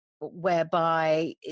whereby